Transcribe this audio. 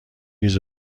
ریز